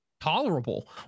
tolerable